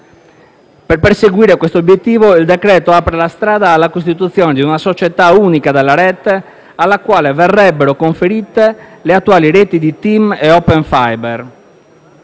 di perseguire questo obiettivo il decreto apre la strada alla costituzione di una società unica della rete, alla quale verrebbero conferite le attuali reti di Tim e Open Fiber.